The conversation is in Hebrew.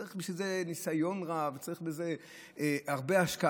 צריך בשביל זה ניסיון רב, וצריך בזה הרבה השקעה,